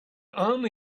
army